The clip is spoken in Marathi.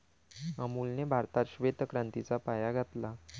अमूलने भारतात श्वेत क्रांतीचा पाया घातला